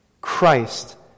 Christ